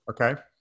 Okay